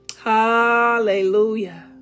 hallelujah